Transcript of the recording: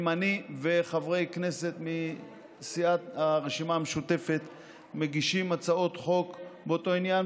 אם אני וחברי כנסת מסיעת הרשימה המשותפת מגישים הצעות חוק באותו עניין,